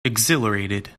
exhilarated